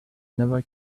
never